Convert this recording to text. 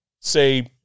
say